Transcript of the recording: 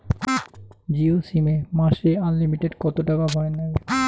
Jio sim এ মাসে unlimited কত টাকা ভরের নাগে?